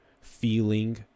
feeling